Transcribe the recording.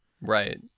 Right